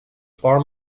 far